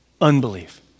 unbelief